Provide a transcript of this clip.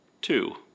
two